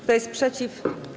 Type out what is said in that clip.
Kto jest przeciw?